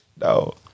no